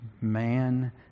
man